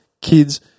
kids